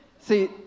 see